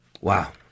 Wow